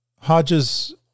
Hodges